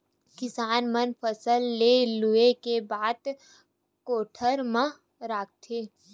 किसान मन फसल ल लूए के बाद कोठर म राखथे